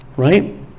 right